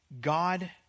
God